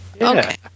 Okay